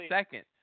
second